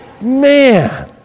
Man